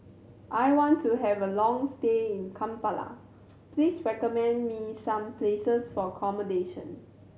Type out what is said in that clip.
I want to have a long stay in Kampala please recommend me some places for accommodation